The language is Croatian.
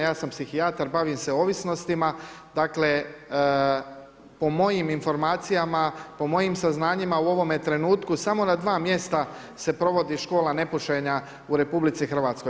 Ja sam psihijatar bavim se ovisnostima, dakle po mojim informacijama po mojim saznanjima u ovome trenutku samo na dva mjesta se provodi škola nepušenja u RH.